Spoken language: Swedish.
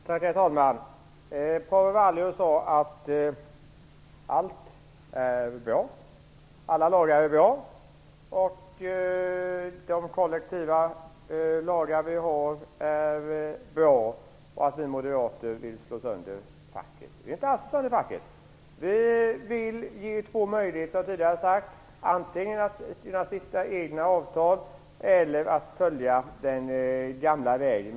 Herr talman! Paavo Vallius sade att allt är bra, att alla lagar är bra, att de kollektiva lagar vi har är bra och att vi moderater vill slå sönder facket. Vi vill inte alls slå sönder facket. Vi vill ge två möjligheter, som jag tidigare sade: Antingen skall man kunna stifta egna avtal eller också skall man följa den gamla vägen.